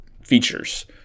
features